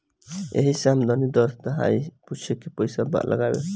यही से आदमी दस दहाई पूछे के पइसा लगावे